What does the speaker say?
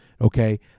Okay